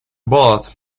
both